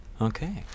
Okay